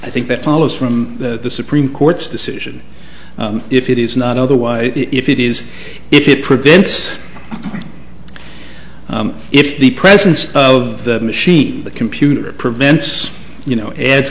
i think that follows from that the supreme court's decision if it is not otherwise if it is if it prevents if the presence of the machine the computer prevents you know